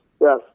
Yes